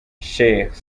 sheikh